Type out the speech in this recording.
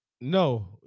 No